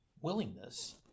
willingness